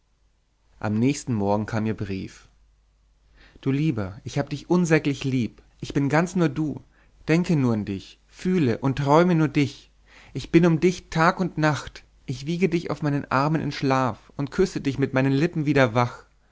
am nächsten morgen kam ihr brief du lieber ich habe dich unsäglich lieb ich bin ganz nur du denke nur dich fühle und träume nur dich ich bin um dich tag und nacht ich wiege dich auf meinen armen in schlaf und küsse dich mit meinen lippen wieder wach